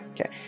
okay